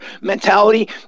mentality